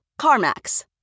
CarMax